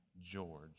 George